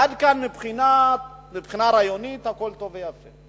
עד כאן, מבחינה רעיונית, הכול טוב ויפה.